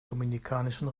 dominikanischen